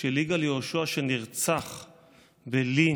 של יגאל יהושע, שנרצח בלינץ'